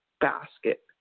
basket